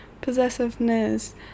possessiveness